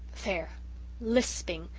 there lisping!